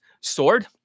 sword